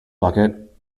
bucket